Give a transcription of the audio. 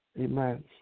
Amen